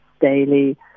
daily